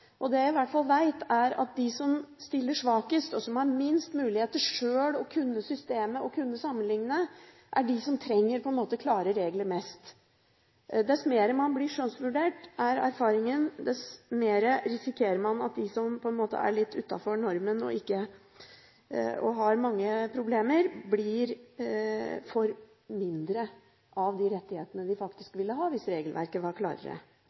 Det jeg i hvert fall vet, er at de som stiller svakest, og som har minst muligheter til sjøl å kunne systemet og kunne sammenligne, er de som mest trenger klare regler. Erfaringen er at dess mer man blir skjønnsvurdert, dess mer risikerer man at de som på en måte er litt utenfor normen og har mange problemer, får mindre av de rettighetene de faktisk ville ha hvis regelverket var klarere.